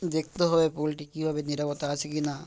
দেখতে হবে পোলট্রি কীভাবে নিরাপত্তা আছে কি না